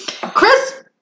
Chris